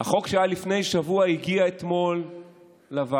החוק שהיה לפני שבוע הגיע אתמול לוועדה,